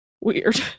Weird